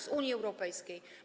Z Unii Europejskiej.